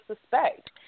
suspect